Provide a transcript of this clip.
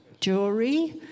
jewelry